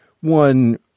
one